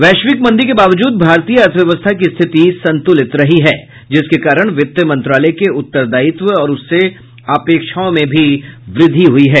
वैश्विक मंदी के बावजूद भारतीय अर्थव्यवस्था की स्थिति संतुलित रही है जिसके कारण वित्त मंत्रालय के उत्तरदायित्व और उससे अपेक्षाओं में भी वृद्धि हुई है